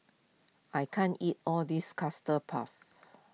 I can't eat all this Custard Puff